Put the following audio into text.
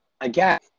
Again